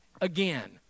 Again